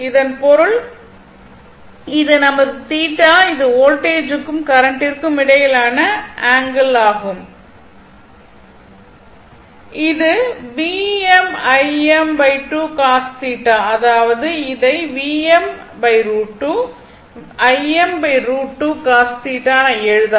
இதன் பொருள் இது நமது θ இது வோல்ட்டேஜுக்கும் கரண்ட்டிற்கும் இடையிலான ஆங்கிள் ஆகும் இது அதாவது இதை என எழுதலாம்